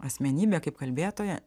asmenybė kaip kalbėtoja